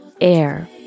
air